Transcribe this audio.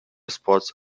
spots